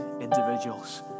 individuals